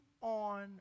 on